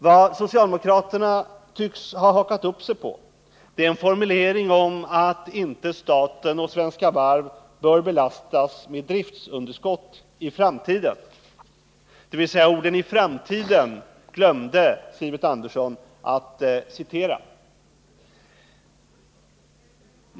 Vad socialdemokraterna tycks ha hakat upp sig på är en formulering om att varken staten eller Svenska Varv bör belastas med driftunderskott i framtiden — orden ”i framtiden” glömde Sven Sivert Andersson att citera.